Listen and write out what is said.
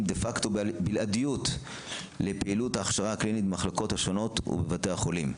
דה-פקטו בלעדיות לפעילות ההכשרה הקלינית במחלקות השונות ובבתי החולים.